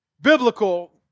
biblical